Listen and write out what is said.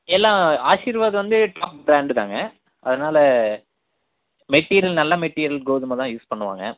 எல்லாம் ஆஷீர்வாத் வந்து பிராண்டு தாங்க அதனால மெட்டிரியல் நல்ல மெட்டிரியல் கோதுமை தான் யூஸ் பண்ணுவாங்க